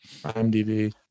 IMDb